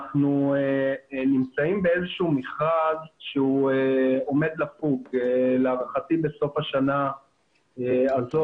אנחנו נמצאים באיזשהו מכרז שעומד לפוג להערכתי בסוף השנה הזאת,